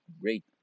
great